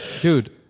dude